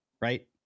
right